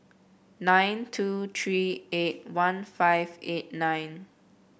nine two three eight one five eight nine